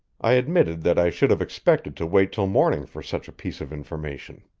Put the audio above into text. i admitted that i should have expected to wait till morning for such a piece of information.